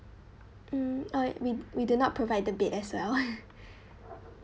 mm uh we we do not provide the bed as well